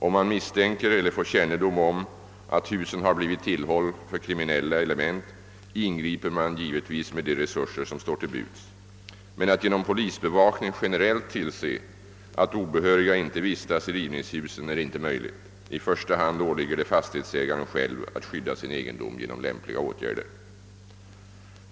Om man misstänker eller får kännedom om att husen har blivit tillhåll för kriminella element ingriper man givetvis med de resurser som står till buds men att genom polisbevakning generellt tillse att obehöriga inte vistas i rivningshusen är inte möjligt. I första hand åligger det fastighetsägaren själv att skydda sin egendom genom lämpliga åtgärder.